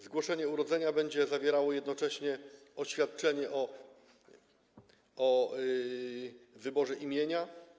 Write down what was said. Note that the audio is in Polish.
Zgłoszenie urodzenia będzie zawierało jednocześnie oświadczenie o wyborze imienia.